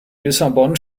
lissabon